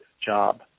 job